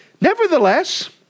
Nevertheless